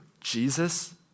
Jesus